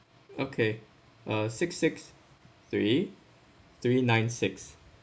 okay uh six six three three nine six